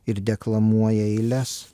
ir deklamuoja eiles